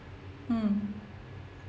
mm